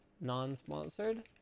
Non-sponsored